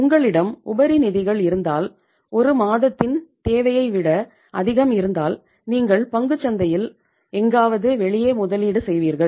உங்களிடம் உபரி நிதிகள் இருந்தால் ஒரு மாதத்தின் தேவையைவிட அதிகம் இருந்தால் நீங்கள் பங்குச்சந்தையில் எங்காவது வெளியே முதலீடு செய்வீர்கள்